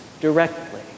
directly